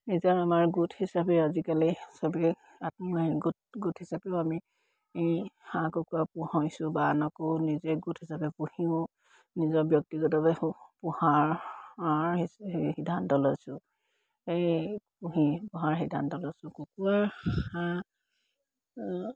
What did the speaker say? নিজৰ আমাৰ গোট হিচাপে আজিকালি চবেই আত্মসহায়ক গোট হিচাপেও আমি এই হাঁহ কুকুৰা পুহিছোঁ বা আনকৌ নিজে গোট হিচাপে পুহিও নিজৰ ব্যক্তিগতভাৱে পোহাৰ সিদ্ধান্ত লৈছোঁ এই পুহি পোহাৰ সিদ্ধান্ত লৈছোঁ কুকুৰা হাঁহ